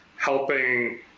helping